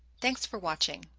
thanks for watching!